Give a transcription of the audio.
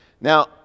Now